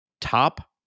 Top